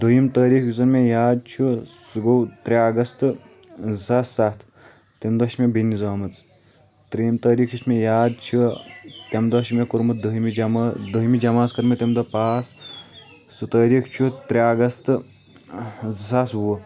دٔیِم تٲریٖخ یُس زن مےٚ یاد چھُ سُہ گوٚو ترٛےٚ اگست زٕ ساس ستھ تمہِ دۄہ چھِ مےٚ بیٚنہِ زامٕژ ترٛیِم تٲریٖخ یُس مےٚ یاد چھُ تمہِ دۄہ چھُ مےٚ کوٚرمُت دٔہمہِ جما دٔہمہِ جماژ کٔر مےٚ تمہِ دۄہ پاس سُہ تٲریٖخ چھُ ترٛےٚ اگست زٕ ساس وُہ